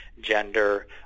gender